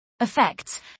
effects